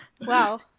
Wow